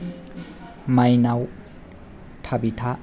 मायनाव थाबिथा